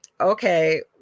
okay